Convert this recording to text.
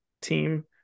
team